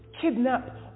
kidnap